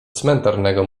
cmentarnego